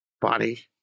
body